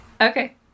okay